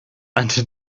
until